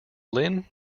lynn